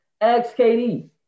XKD